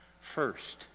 First